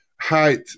height